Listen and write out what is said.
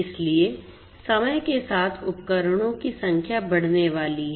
इसलिए समय के साथ उपकरणों की संख्या बढ़ने वाली है